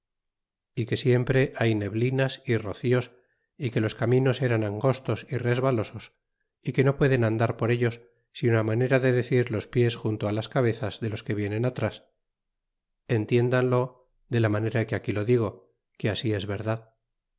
y que siempre hay neblinas y rocíos y que los caminos eran angostos y resbalosos y que no pueden andar por ellos sino manera de decir los pies junto las cabezas de los quo vienen atras entiéndanlo de la manera que aquí lo digo que así es verdad